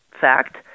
fact